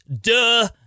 duh